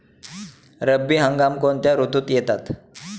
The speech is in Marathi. रब्बी हंगाम कोणत्या ऋतूत येतात?